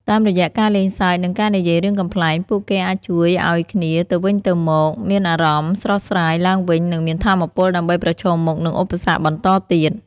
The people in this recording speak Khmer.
តាមរយៈការលេងសើចនិងការនិយាយរឿងកំប្លែង ពួកគេអាចជួយឱ្យគ្នាទៅវិញទៅមកមានអារម្មណ៍ស្រស់ស្រាយឡើងវិញនិងមានថាមពលដើម្បីប្រឈមមុខនឹងឧបសគ្គបន្តទៀត។